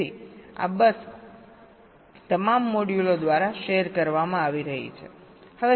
તેથી આ બસ તમામ મોડ્યુલો દ્વારા શેર કરવામાં આવી રહી છે